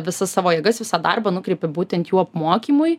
visas savo jėgas visą darbą nukreipi būtent jų apmokymui